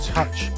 Touch